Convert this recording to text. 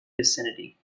vicinity